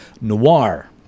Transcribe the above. noir